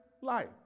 life